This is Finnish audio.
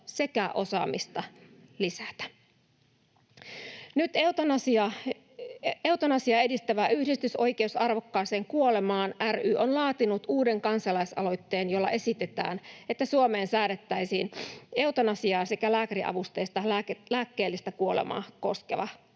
sekä osaamista lisätä. Nyt eutanasiaa edistävä yhdistys, Oikeus Arvokkaaseen Kuolemaan ry, on laatinut uuden kansalaisaloitteen, jolla esitetään, että Suomeen säädettäisiin eutanasiaa sekä lääkäriavusteista lääkkeellistä kuolemaa koskeva laki.